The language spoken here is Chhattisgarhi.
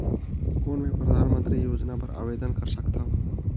कौन मैं परधानमंतरी योजना बर आवेदन कर सकथव?